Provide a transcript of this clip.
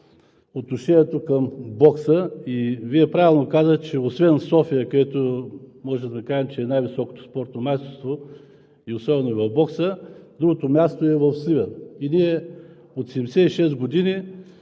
по отношение на бокса и Вие правилно казахте, че освен в София, където можем да кажем, че е най-високото спортно майсторство, особено в бокса, другото място е в Сливен. От 76 години